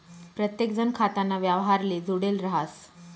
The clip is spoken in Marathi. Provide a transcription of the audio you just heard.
प्रत्येकजण खाताना व्यवहारले जुडेल राहस